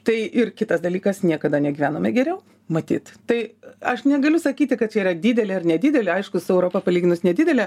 tai ir kitas dalykas niekada negyvenome geriau matyt tai aš negaliu sakyti kad čia yra didelė ar nedidelė aišku su europa palyginus nedidelė